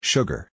Sugar